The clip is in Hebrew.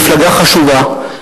מפלגה חשובה,